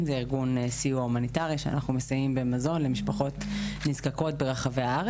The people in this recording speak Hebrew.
אנחנו מעלים את הקצבה אבל זה לא מתעדכן בהתאם והבעיה לא